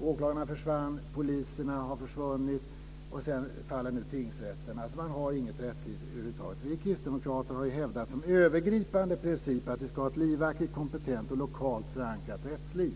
Åklagarna försvann, poliserna har försvunnit och nu faller tingsrätten. Man har inget rättsliv över huvud taget. Vi kristdemokrater har hävdat som övergripande princip att vi ska ha ett livaktigt, kompetent och lokalt förankrat rättsliv.